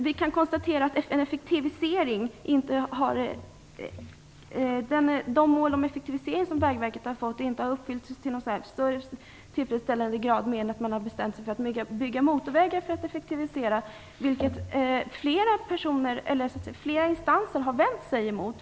Vi kan konstatera de mål om effektivisering som Vägverket har fått inte har uppfyllts i någon särskilt tillfredsställande grad mer än att man har bestämt sig för att bygga motorvägar för att effektivisera, vilket flera instanser har vänt sig emot.